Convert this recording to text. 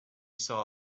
saw